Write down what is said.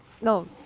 No